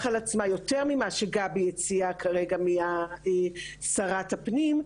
על עצמה יותר ממה שגבי הציעה כרגע משרת הפנים,